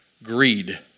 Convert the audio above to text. greed